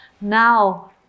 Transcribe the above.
Now